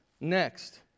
next